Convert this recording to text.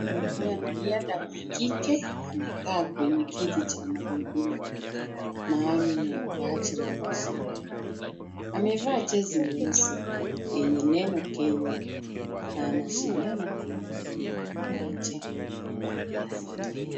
Mwanariadha wa kike amekaa kwenye kiti cha magurudumu, maalumu kwa ajili ya mashindano. Amevaa jezi nyeusi yenye neno Kenya na anashindana kwenye uwanja wa riadha.